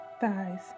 thighs